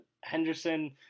Henderson